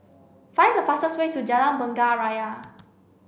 find the fastest way to Jalan Bunga Raya